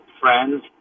friends